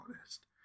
honest